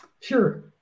Sure